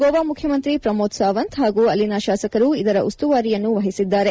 ಗೋವಾ ಮುಖ್ಯಮಂತ್ರಿ ಪ್ರಮೋದ್ ಸಾವಂತ್ ಹಾಗೂ ಅಲ್ಲಿನ ಶಾಸಕರು ಇದರ ಉಸ್ತುವಾರಿಯನ್ನು ವಹಿಸಿದ್ದಾರೆ